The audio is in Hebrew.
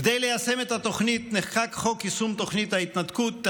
כדי ליישם את התוכנית נחקק חוק יישום תוכנית ההתנתקות,